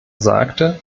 sagte